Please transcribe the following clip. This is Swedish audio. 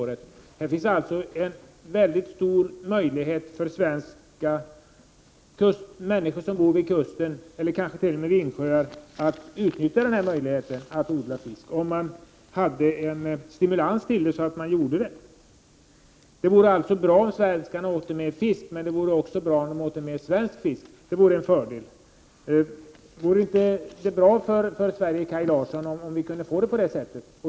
Det finns alltså mycket stora möjligheter för människor som bor vid kusten eller t.o.m. vid insjöar att utnyttja möjligheten att odla fisk, om det fanns en stimulans till det så att man gjorde det. Det vore alltså bra om svenskarna åte mer fisk, men det vore också bra om de åte mer svensk fisk — det vore en fördel. Vore det inte bra för Sverige, Kaj Larsson, om vi kunde få det på det sättet?